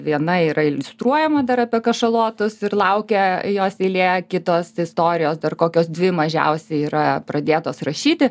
viena yra iliustruojama dar apie kašalotus ir laukia jos eilė kitos istorijos dar kokios dvi mažiausiai yra pradėtos rašyti